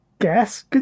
guess